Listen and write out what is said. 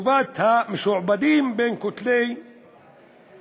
לטובת המשועבדים בין כותלי בית-הסוהר